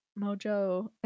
Mojo